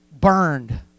burned